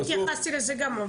אני התייחסתי לזה גם.